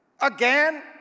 again